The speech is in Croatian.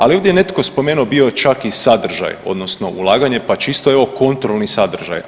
Ali ovdje je netko spomenuo bio čak i sadržaj, odnosno ulaganje pa evo čisto kontrolni sadržaj.